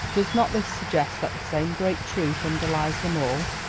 does not this suggest that the same great truth underlies them all,